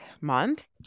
month